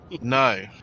No